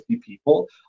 people